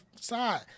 side